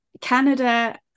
Canada